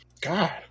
God